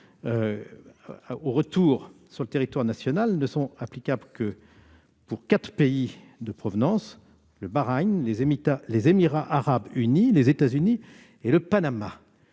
au retour sur le territoire national ne sont applicables que pour quatre pays de provenance : le Bahreïn, les Émirats arabes unis, les États-Unis et le Panama.